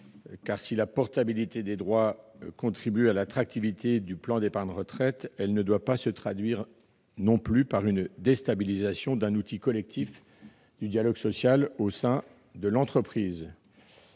car si la portabilité des droits contribue à l'attractivité du plan d'épargne retraite, elle ne doit pas se traduire par une déstabilisation d'un outil collectif du dialogue social au sein de l'entreprise.